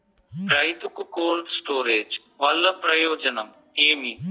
రైతుకు cold storage వల్ల ప్రయోజనం ఏమి?